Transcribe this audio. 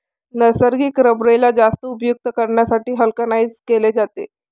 नैसर्गिक रबरेला जास्त उपयुक्त करण्यासाठी व्हल्कनाइज्ड केले जाते